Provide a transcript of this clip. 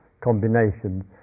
combinations